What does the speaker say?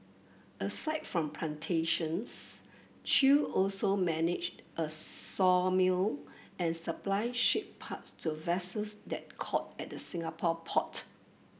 aside from plantations Chew also managed a sawmill and supplied ship parts to vessels that called at the Singapore port